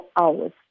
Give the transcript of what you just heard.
hours